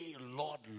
Lord